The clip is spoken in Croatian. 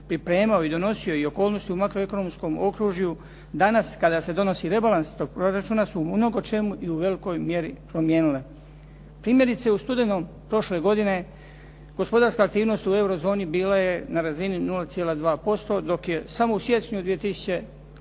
pripremao i donosio i okolnosti u makroekonomskom okružju danas kada se donosi rebalans tog proračuna se u mnogo čemu i u velikoj mjeri promijenila. Primjerice u studenom prošle godine gospodarska aktivnost u eurozoni bila je na razini 0,2%, dok je samo u siječnju 2009.